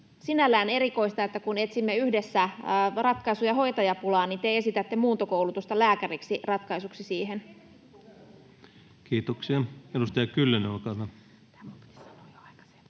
Sinällään erikoista, että kun etsimme yhdessä ratkaisuja hoitajapulaan, te esitätte muuntokoulutusta lääkäriksi ratkaisuksi siihen. Kiitoksia. — Edustaja Kyllönen, olkaa hyvä.